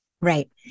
right